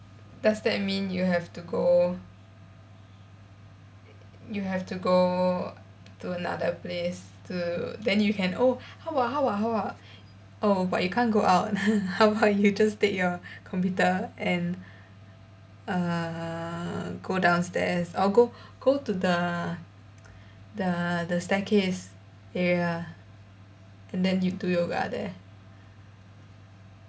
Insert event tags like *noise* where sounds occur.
does that mean you have to go you have to go to another place to then you can oh how about how about how about oh but you can't go out *laughs* how about you just take your computer and err go downstairs or go go to the the the staircase area and then you do yoga there